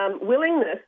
willingness